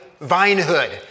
vinehood